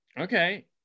Okay